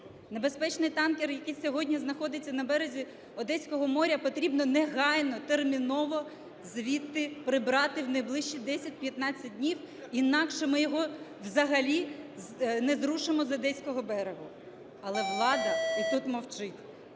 Небезпечний танкер, який сьогодні знаходиться на березі одеського моря, потрібно негайно, терміново звідти прибрати в найближчі 10-15 днів, інакше ми його взагалі не зрушимо з одеського берега. Але влада і тут мовчить.